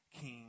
King